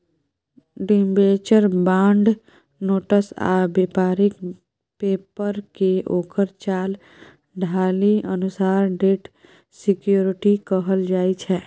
debenture, bond, notes आ बेपारिक पेपरकेँ ओकर चाल ढालि अनुसार डेट सिक्युरिटी कहल जाइ छै